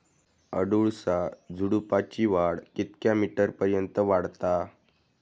अडुळसा झुडूपाची वाढ कितक्या मीटर पर्यंत वाढता?